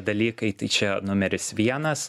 dalykai tai čia numeris vienas